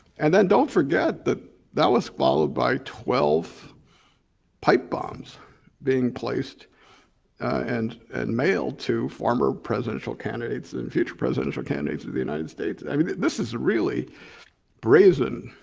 and then don't forget that, that was followed by twelve pipe bombs being placed and and mailed to former presidential candidates and future presidential candidates of the united states. i mean, this is really brazen,